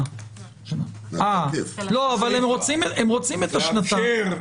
הם רוצים את השנתיים.